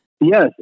Yes